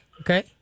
Okay